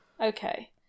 okay